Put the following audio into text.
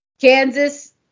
Kansas –